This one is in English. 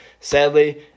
Sadly